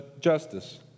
justice